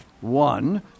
one